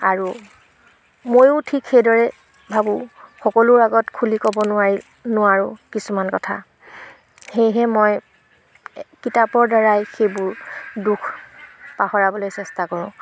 আৰু ময়ো ঠিক সেইদৰে ভাবোঁ সকলোৰ আগত খুলি ক'ব নোৱাৰি নোৱাৰোঁ কিছুমান কথা সেয়েহে মই কিতাপৰ দ্বাৰাই সেইবোৰ দুখ পাহৰাবলৈ চেষ্টা কৰোঁ